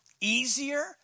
easier